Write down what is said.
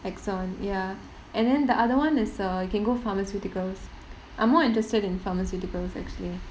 Exxon ya and then the other one is err you can go pharmaceuticals I'm more interested in pharmaceuticals actually